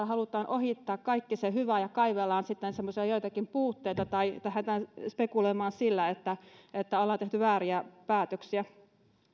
halutaan ohittaa kaikki se hyvä ja kaivellaan sitten joitakin puutteita tai lähdetään spekuloimaan sillä että ollaan tehty vääriä päätöksiä